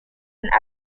and